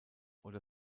oder